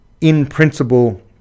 in-principle